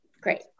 Great